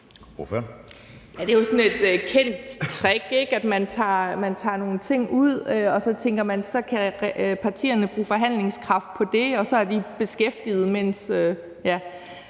det er jo sådan et kendt trick, ikke? Altså man tager nogle ting ud, og så tænker man: Så kan partierne bruge forhandlingskraft på det, og så er de beskæftiget.